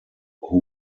who